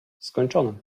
skończone